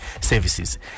services